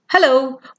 Hello